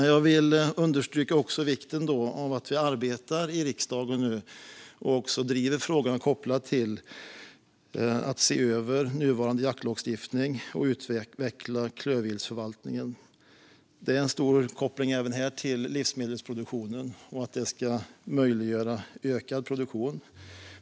Jag vill understryka vikten av att vi i riksdagen driver frågor kopplade till att se över nuvarande jaktlagstiftning och utveckla klövviltsförvaltningen. Även här finns en stark koppling till livsmedelsproduktionen och till att möjliggöra ökad produktion.